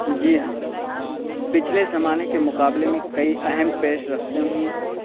جی ہاں پچھلے زمانے کے مقابلے میں کئی اہم پیش رفتیں ہوئیں